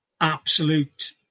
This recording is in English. absolute